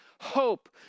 hope